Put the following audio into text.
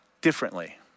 differently